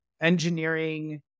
engineering